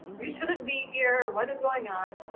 you shouldn't be here. what is going on,